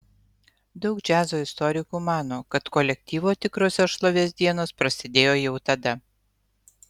daug džiazo istorikų mano kad kolektyvo tikrosios šlovės dienos prasidėjo jau tada